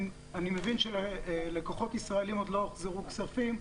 אני מבין שללקוחות ישראלים עוד לא הוחזרו כספים.